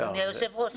אדוני היושב-ראש,